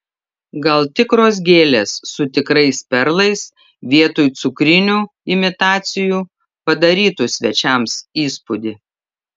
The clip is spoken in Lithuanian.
gal tikros gėlės su tikrais perlais vietoj cukrinių imitacijų padarytų svečiams įspūdį